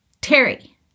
Terry